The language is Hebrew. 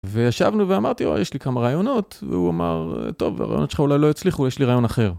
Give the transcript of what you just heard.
וישבנו ואמרתי, יש לי כמה רעיונות, והוא אמר, טוב, הרעיונות שלך אולי לא יצליחו, יש לי רעיון אחר.